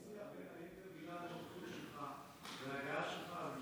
זה הצליח בין היתר בגלל ההשתתפות שלך וההגעה שלך.